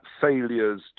failures